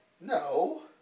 No